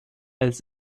als